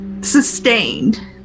sustained